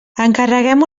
encarreguem